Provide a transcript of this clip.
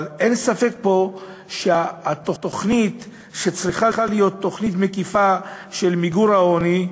אבל אין ספק פה שהתוכנית צריכה להיות תוכנית מקיפה למיגור העוני,